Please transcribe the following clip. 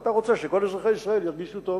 אתה רוצה שכל אזרחי ישראל ירגישו טוב.